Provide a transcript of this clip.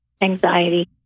anxiety